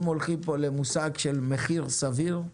אם הולכים פה למושג של מחיר סביר,